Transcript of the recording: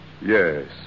Yes